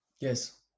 Yes